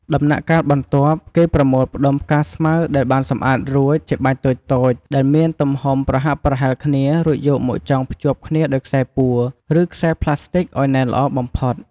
ដំណាក់បន្ទាប់គេប្រមូលផ្ដុំផ្កាស្មៅដែលបានសម្អាតរួច ជាបាច់តូចៗ ដែលមានទំហំប្រហាក់ប្រហែលគ្នារួចយកមកចងភ្ជាប់គ្នាដោយខ្សែពួរ ឬខ្សែផ្លាស្ទិចឲ្យណែនល្អបំផុត។